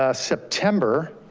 ah september,